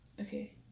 Okay